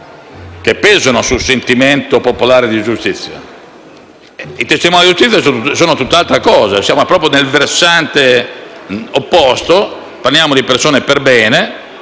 che pesavano sul sentimento popolare di giustizia. I testimoni di giustizia sono tutt'altra cosa, siamo proprio sul versante opposto: parliamo di persone perbene,